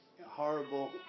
horrible